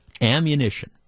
ammunition